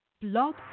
Blog